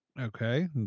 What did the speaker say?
Okay